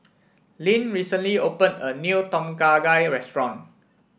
Lynn recently opened a new Tom Kha Gai restaurant